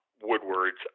Woodward's